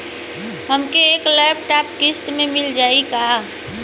हमके एक लैपटॉप किस्त मे मिल जाई का?